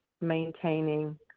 maintaining